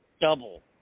double